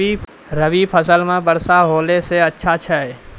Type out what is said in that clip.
रवी फसल म वर्षा होला से अच्छा छै?